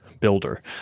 builder